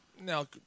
now